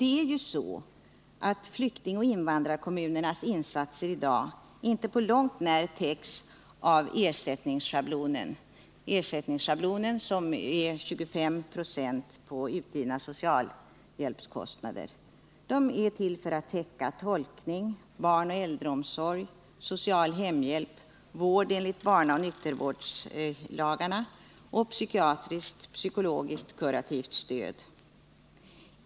Det är ju så att flyktingoch invandrarkommunernas insatser i dag inte på långt när täcks av ersättningsschablonen, som uppgår till 25 26 av de utgivna socialhjälpspengarna. Ersättningsschablonen är till för att täcka tolkning, barnoch äldreomsorg, social hemhjälp, vård enligt barnaoch nykterhetsvårdslagarna och psykiatriskt, psykiskt och kurativt stöd.